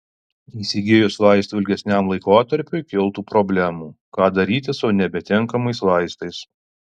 įsigijus vaistų ilgesniam laikotarpiui kiltų problemų ką daryti su nebetinkamais vaistais